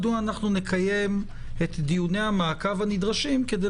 מדוע נקיים את דיוני המעקב הנדרשים כדי